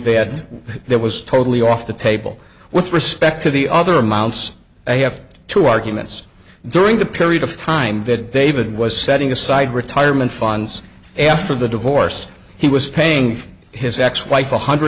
they had that was totally off the table with respect to the other amounts i have two arguments during the period of time that david was setting aside retirement funds after the divorce he was paying his ex wife